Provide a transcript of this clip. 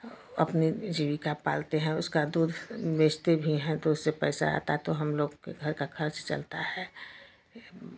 अपने जीविका पालते हैं उसका दूध बेचते भी हैं तो उससे पैसा आता है तो हम लोग के घर का खर्च चलता है